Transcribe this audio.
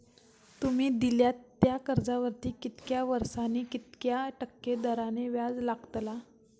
तुमि दिल्यात त्या कर्जावरती कितक्या वर्सानी कितक्या टक्के दराने व्याज लागतला?